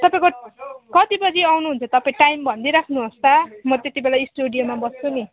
तपाईँ कति बजे आउनु हुन्छ तपाईँ टाइम भनिदिइराख्नु होस् त म त्यति बेला स्टुडियोमा बस्छु नि